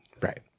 Right